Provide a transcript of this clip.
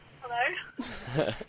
Hello